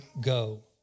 go